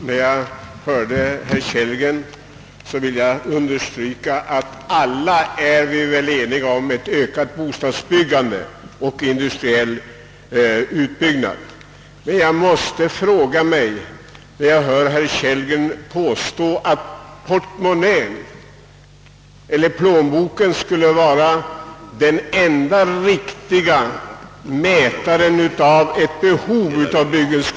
Herr talman! Efter att ha lyssnat till herr Kellgren vill jag understryka att alla väl är ense om det angelägna i ett ökat bostadsbyggande och industriell utbyggnad. Herr Kellgren anser emellertid att plånboken skulle vara den enda riktiga mätaren på behovet av byggande.